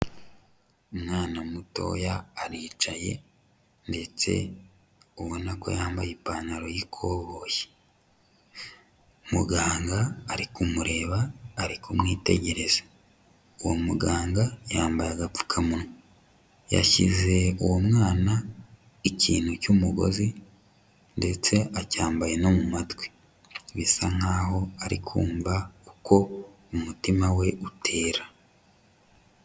Umwana mutoya, aricaye ndetse ubona ko yambaye ipantaro y'ikoboyi. Muganga ari kumureba, ari kumwitegereza. Uwo muganga, yambaye agapfukamunwa, yashyize uwo mwana ikintu cy'umugozi ndetse acyambaye no mu matwi, bisa nk'aho ari kumva uko umutima we utera.